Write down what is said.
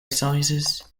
sizes